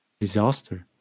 Disaster